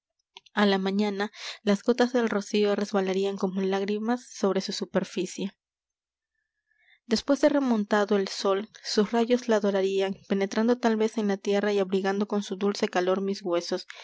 á la mañana las gotas del rocío resbalarían como lágrimas sobre su superficie después de remontado el sol sus rayos la dorarían penetrando tal vez en la tierra y abrigando con su dulce calor mis huesos